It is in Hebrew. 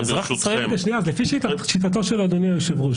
לפי שיטת היושב ראש,